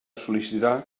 sol·licitar